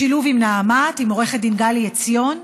בשיתוף עם נעמת, עם עו"ד גלי עציון,